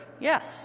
yes